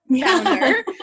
founder